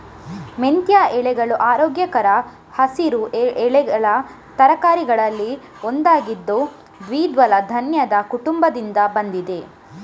ಮೆಂತ್ಯ ಎಲೆಗಳು ಆರೋಗ್ಯಕರ ಹಸಿರು ಎಲೆಗಳ ತರಕಾರಿಗಳಲ್ಲಿ ಒಂದಾಗಿದ್ದು ದ್ವಿದಳ ಧಾನ್ಯದ ಕುಟುಂಬದಿಂದ ಬಂದಿದೆ